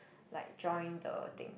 like join the thing